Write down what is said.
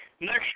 next